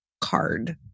card